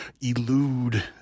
elude